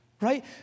Right